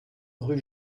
rue